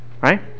Right